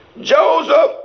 Joseph